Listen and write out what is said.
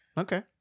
Okay